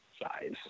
size